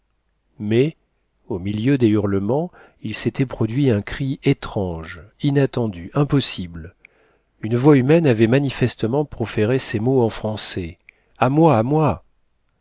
mais au milieu des hurlements il s'était produit un cri étrange inattendu impossible une voix humaine avait manifestement proféré ces mots en français a moi à moi